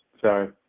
Sorry